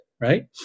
right